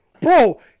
Bro